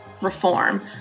reform